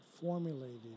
formulated